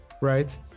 right